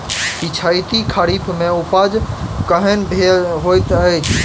पिछैती खरीफ मे उपज केहन होइत अछि?